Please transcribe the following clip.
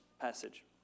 passage